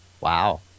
wow